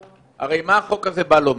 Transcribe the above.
הרי מה החוק הזה בא לומר?